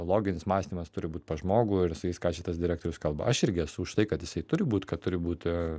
loginis mąstymas turi būt pas žmogų ir sakys ką čia tas direktorius kalba aš irgi esu už tai kad jisai turi būt kad turi būti